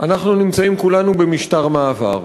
ואנחנו נמצאים כולנו במשטר מעבר,